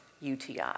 UTI